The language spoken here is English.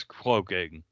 cloaking